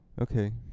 Okay